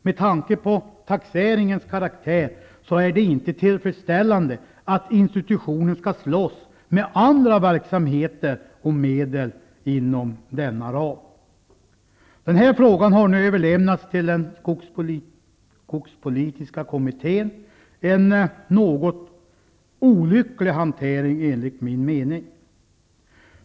Med tanke på taxeringens karaktär är det inte tillfredsställande att institutionen skall slåss med andra verksamheter om medel inom denna ram. Den här frågan har nu överlämnats till den skogspolitiska kommittén. Det är en något olycklig hantering enligt min mening.